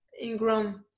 Ingram